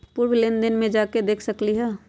पूर्व लेन देन में जाके देखसकली ह?